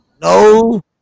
No